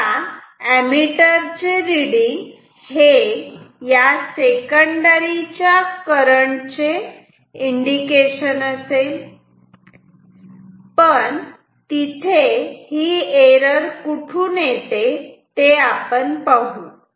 आता ऍमिटर चे रिडींग हे या सेकंडरी च्या करंट चे इंडिकेशन असेल पण तिथे एरर कुठून येते ते आपण पाहू